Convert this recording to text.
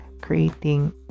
creating